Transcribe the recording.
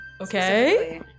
Okay